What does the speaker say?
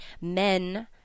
men